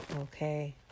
Okay